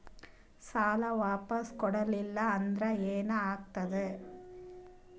ಸಾಲ ವಾಪಸ್ ಕೊಡಲಿಲ್ಲ ಅಂದ್ರ ಏನ ಆಗ್ತದೆ?